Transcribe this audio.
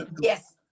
yes